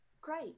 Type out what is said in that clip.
Great